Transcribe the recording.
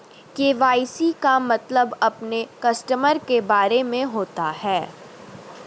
KYC का मतलब अपने कस्टमर के बारे में होता है